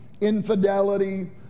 infidelity